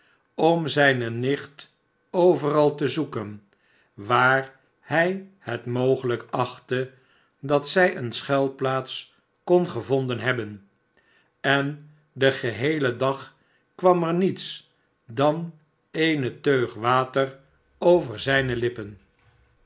om zijne nicht overal te zoeken waar hij het mogelijk achtte dat zij eene schuilplaats kon gevonden hebben en den geheelen dag kwam er niets dan eene teug water over zijne lippen